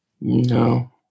No